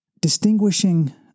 distinguishing